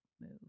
move